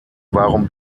warum